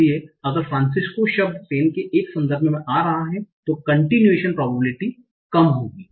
इसलिए अगर फ्रांसिस्को शब्द सेन के एक संदर्भ में आ रहा है तो continuation probability कम होंगी